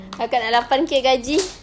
akak nak lapan K gaji